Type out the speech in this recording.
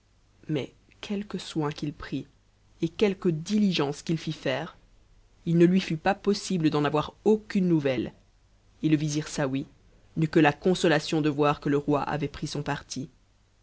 mais quelque soin qu'il prît et quelque diligence qu'il fit faire il ne lui fut pas possible d'en avoir aucune nouvelle et m vizir saouy n'eut que la consolation de voir que le roi avait pris son pai